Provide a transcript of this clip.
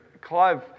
Clive